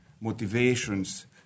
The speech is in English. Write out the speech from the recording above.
motivations